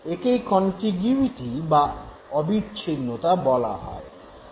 একেই কন্টিগুইটি বা অবিচ্ছিন্নতা বলা হয়